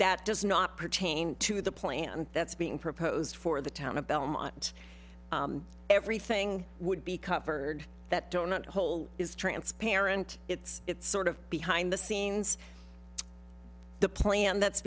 that does not pertain to the plan that's being proposed for the town of belmont everything would be covered that donut hole is transparent it's it's sort of behind the scenes the plan that's